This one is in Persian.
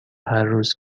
هرروز